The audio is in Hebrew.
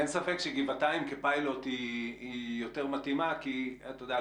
אין ספק שגבעתיים כפיילוט היא יותר מתאימה כי אתה יודע,